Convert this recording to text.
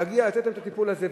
להגיע לתת להם את הטיפול הזה,